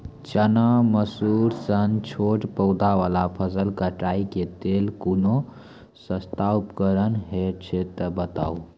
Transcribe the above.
चना, मसूर सन छोट पौधा वाला फसल कटाई के लेल कूनू सस्ता उपकरण हे छै तऽ बताऊ?